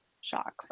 Shock